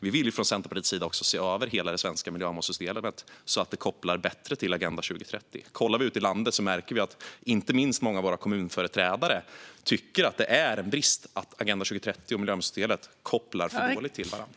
Vi vill från Centerpartiets sida se över hela det svenska miljömålssystemet, så att det kopplar bättre till Agenda 2030. Ute i landet märker vi att inte minst många av våra kommunföreträdare tycker att det är en brist att Agenda 2030 och miljömålssystemet kopplar för dåligt till varandra.